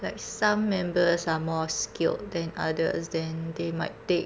like some members are more skilled than others then they might take